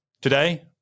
Today